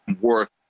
worth